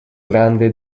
grande